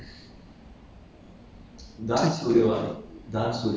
uhh 自己的 research 还有自己的 um